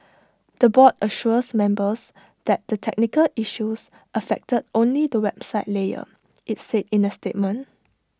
the board assures members that the technical issues affected only the website layer IT said in A statement